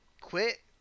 quit